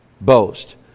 boast